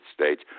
States